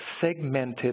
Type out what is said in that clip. segmented